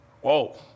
Whoa